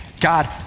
God